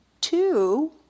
Two